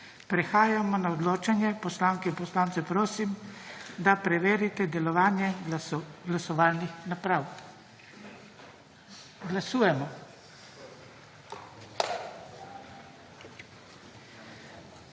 Prehajamo na odločanje. Poslanke in poslance prosim, da preverite delovanje glasovalnih naprav. Glasujemo.